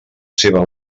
seva